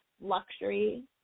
luxury